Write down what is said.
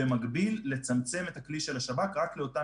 ובמקביל לצמצם את הכלי של השב"כ רק לאותם